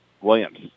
Williams